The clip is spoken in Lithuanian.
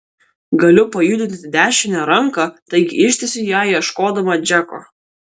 galiu pajudinti dešinę ranką taigi ištiesiu ją ieškodama džeko